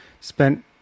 spent